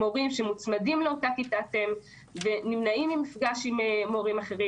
מורים שמוצמדים לאותה כיתת אם ונמנעים ממפגש עם מורים אחרים,